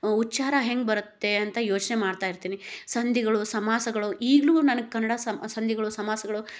ಉಚ್ಚಾರ ಹೆಂಗೆ ಬರುತ್ತೆ ಅಂತ ಯೋಚನೆ ಮಾಡ್ತಾಯಿರ್ತೀನಿ ಸಂಧಿಗಳು ಸಮಾಸಗಳು ಈಗಲೂ ನನಗೆ ಕನ್ನಡ ಸಂಧಿಗಳು ಸಮಾಸಗಳು